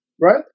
right